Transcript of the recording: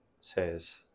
says